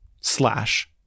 slash